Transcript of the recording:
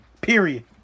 Period